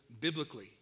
biblically